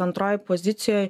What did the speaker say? antroj pozicijoj